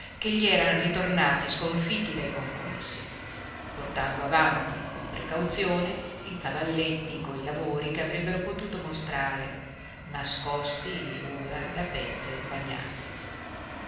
che gli eran ritornati sconfitti dai concorsi portando avanti con precauzione i cavalletti coi lavori che avrebbe potuto mostrare nascosti ora da pezze bagnate